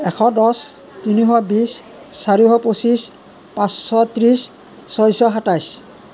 এশ দহ তিনিশ বিশ চাৰিশ পঁচিছ পাঁচশ ত্ৰিছ ছয়শ সাতাইছ